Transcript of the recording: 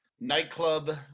nightclub